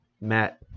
Matt